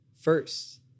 first